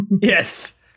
Yes